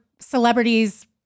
celebrities